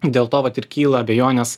dėl to vat ir kyla abejonės